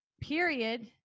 period